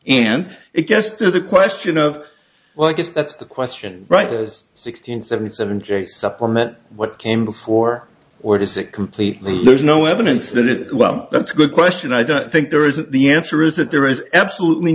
and it gets to the question of well i guess that's the question right is sixty and seventy seven j supplement what came before or is it completely there's no evidence that it well that's a good question i don't think there is the answer is that there is absolutely